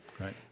Right